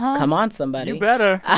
come on, somebody you better